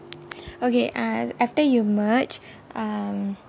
okay err after you merge um